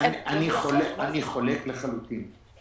אני חולק לחלוטין.